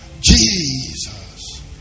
Jesus